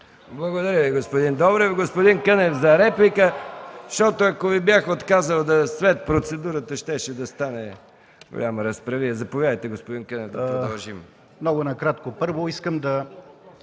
Благодаря Ви, господин Добрев. Господин Кънев – за реплика, защото ако Ви бях отказал, да е след процедурата, щеше да стане голяма разправия. Заповядайте, господин Кънев, да продължим.